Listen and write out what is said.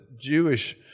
Jewish